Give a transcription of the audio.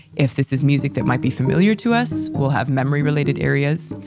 if this is music that might be familiar to us, we'll have memory related areas.